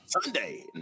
Sunday